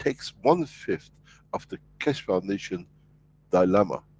takes one fifth of the keshe foundation dilemma,